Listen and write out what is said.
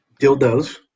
dildos